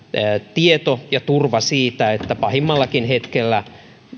tieto ja turva siitä että pahimmallakin hetkellä